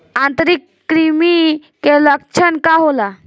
आंतरिक कृमि के लक्षण का होला?